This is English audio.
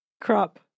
Crop